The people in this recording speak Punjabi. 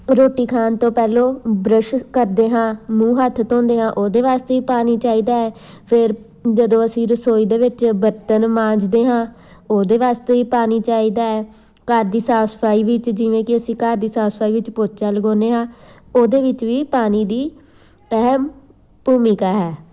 ਰੋਟੀ ਖਾਣ ਤੋਂ ਪਹਿਲਾਂ ਬਰੱਸ਼ਿਸ਼ ਕਰਦੇ ਹਾਂ ਮੂੰਹ ਹੱਥ ਧੋਂਦੇ ਹਾਂ ਉਹਦੇ ਵਾਸਤੇ ਵੀ ਪਾਣੀ ਚਾਹੀਦਾ ਹੈ ਫਿਰ ਜਦੋਂ ਅਸੀਂ ਰਸੋਈ ਦੇ ਵਿੱਚ ਬਰਤਨ ਮਾਂਜਦੇ ਹਾਂ ਉਹਦੇ ਵਾਸਤੇ ਵੀ ਪਾਣੀ ਚਾਹੀਦਾ ਹੈ ਘਰ ਦੀ ਸਾਫ਼ ਸਫ਼ਾਈ ਵਿੱਚ ਜਿਵੇਂ ਕਿ ਅਸੀਂ ਘਰ ਦੀ ਸਾਫ਼ ਸਫ਼ਾਈ ਵਿੱਚ ਪੋਚਾ ਲਗਾਉਦੇ ਹਾਂ ਉਹਦੇ ਵਿੱਚ ਵੀ ਪਾਣੀ ਦੀ ਅਹਿਮ ਭੂਮਿਕਾ ਹੈ